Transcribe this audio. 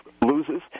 loses